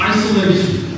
Isolation